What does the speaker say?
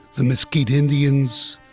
the mesquite indians,